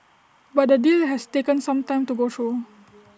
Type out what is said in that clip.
but the deal has taken some time to go through